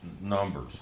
numbers